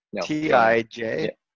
T-I-J